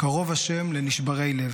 "קרוב ה' לנשברי לב".